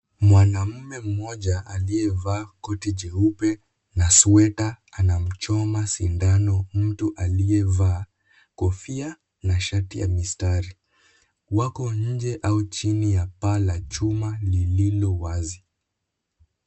Wanaume aliyevaa koti jeupe na sweta anamchoma sindano mtu aliyevaa kofia na sharti ya mistari . Wote wako nje au chini ya paa la chuma lililo wazi.